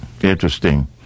Interesting